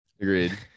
Agreed